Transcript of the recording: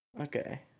Okay